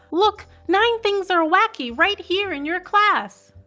look! nine things are wacky right here in your class!